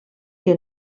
que